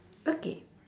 okay